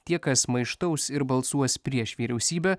tie kas maištaus ir balsuos prieš vyriausybę